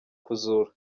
kuzura